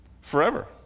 Forever